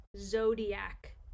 zodiac